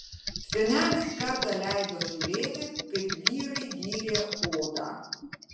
senelis kartą leido žiūrėti kaip vyrai dyrė odą